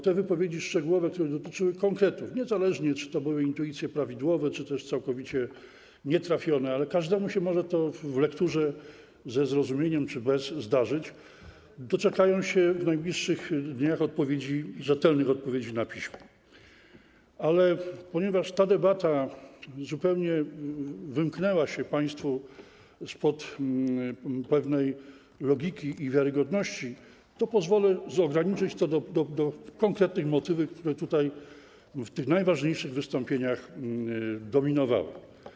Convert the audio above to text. Te wypowiedzi szczegółowe, które dotyczyły konkretów, niezależnie od tego, czy to były intuicje prawidłowe, czy też całkowicie nietrafione, ale każdemu może to w lekturze ze zrozumiem czy bez zrozumienia się zdarzyć, doczekają się w najbliższych dniach rzetelnych odpowiedzi na piśmie, ale ponieważ ta debata zupełnie wymknęła się państwu spod pewnej logiki i wiarygodności, to pozwolę sobie ograniczyć to do konkretnych motywów, które tutaj w tych najważniejszych wystąpieniach dominowały.